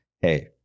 hey